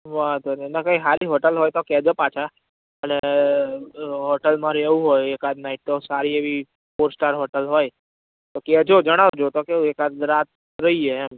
વાંધો નય અન કય હારી હોટલ હોય તો કેજો પાછા અને હોટલમાં રેહવું હોય એક આદ નાઇટ તો સારી એવી ફોર સ્ટાર હોટલ હોય તો કેજો જણાવજો તો કેવું એકઆદ રાત રઈએ એમ